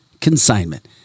Consignment